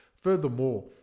Furthermore